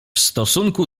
stosunku